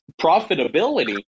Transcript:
profitability